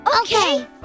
Okay